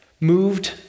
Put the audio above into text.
moved